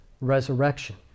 resurrection